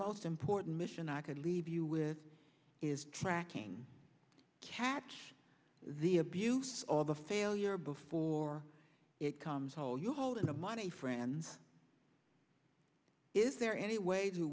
most important mission i could leave you with is tracking catch the abuse all the failure before it comes whole you hold in the money friends is there any way to